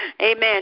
Amen